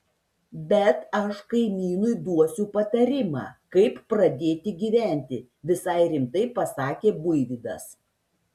bet aš kaimynui duosiu patarimą kaip pradėti gyventi visai rimtai pasakė buivydas